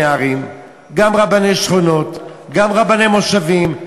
ערים אלא גם רבני שכונות ורבני מושבים.